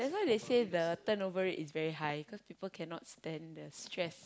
that's why they say the turn over rate is very high cause people can stand the stress